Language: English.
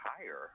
higher